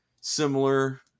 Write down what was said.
similar